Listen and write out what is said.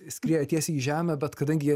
skrieja tiesiai į žemę bet kadangi jie